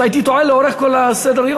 אז הייתי טועה לאורך כל סדר-היום.